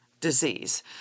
disease